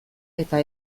eta